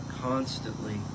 constantly